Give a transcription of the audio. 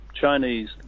Chinese